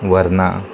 Verna